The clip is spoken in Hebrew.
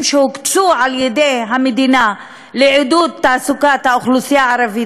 שהוקצו על-ידי המדינה לעידוד תעסוקת האוכלוסייה הערבית,